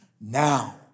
Now